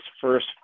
first